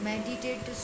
Meditate